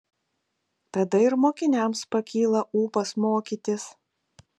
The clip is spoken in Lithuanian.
tada ir mokiniams pakyla ūpas mokytis